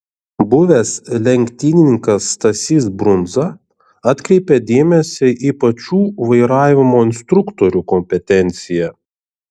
buvęs lenktynininkas stasys brundza atkreipia dėmesį į pačių vairavimo instruktorių kompetenciją